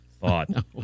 thought